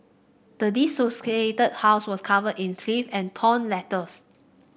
the desolated house was covered in and torn letters